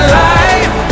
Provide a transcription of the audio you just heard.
life